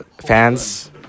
fans